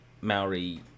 maori